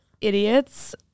idiots